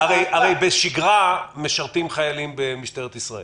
הרי בשגרה משרתים חיילים במשטרת ישראל,